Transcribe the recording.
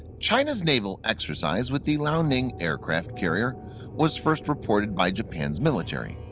china's naval exercise with the liaoning aircraft carrier was first reported by japan's military.